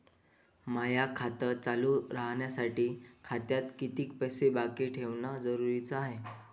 माय खातं चालू राहासाठी खात्यात कितीक पैसे बाकी ठेवणं जरुरीच हाय?